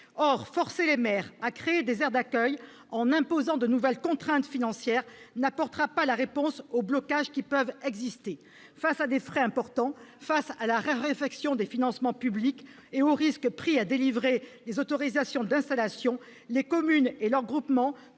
Or forcer les maires à créer des aires d'accueil, en imposant de nouvelles contraintes financières, n'apportera pas la réponse aux blocages qui peuvent exister. Face à des frais importants, à la raréfaction des financements publics et aux risques pris à délivrer les autorisations d'installation, les communes et leurs groupements